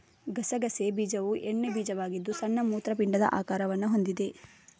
ಗಸಗಸೆ ಬೀಜವು ಎಣ್ಣೆ ಬೀಜವಾಗಿದ್ದು ಸಣ್ಣ ಮೂತ್ರಪಿಂಡದ ಆಕಾರವನ್ನು ಹೊಂದಿದೆ